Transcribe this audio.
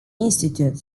institute